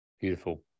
Beautiful